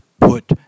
put